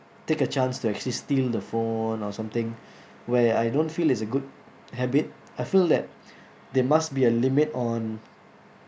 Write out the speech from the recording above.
take a chance to actually steal the phone or something where I don't feel is a good habit I feel that there must be a limit on